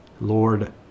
Lord